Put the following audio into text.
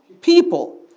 people